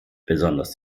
besonders